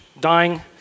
dying